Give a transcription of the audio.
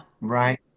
Right